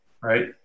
right